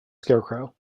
scarecrow